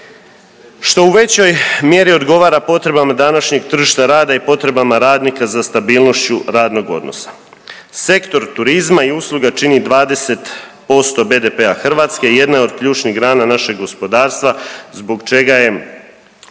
što u većoj mjeri odgovara potrebama današnjeg tržišta rada i potrebama radnika za stabilnošću radnog odnosa. Sektor turizma i usluga čini 20% BDP-a Hrvatske i jedna je od ključnih grana našeg gospodarstva zbog čega je